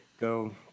go